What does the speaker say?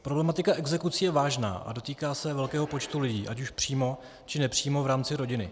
Problematika exekucí je vážná a dotýká se velkého počtu lidí, ať už přímo, či nepřímo v rámci rodiny.